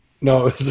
No